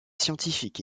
scientifiques